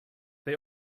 they